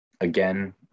again